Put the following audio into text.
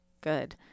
good